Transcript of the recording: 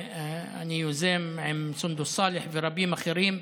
עם סונדוס סאלח ורבים אחרים,